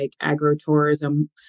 agro-tourism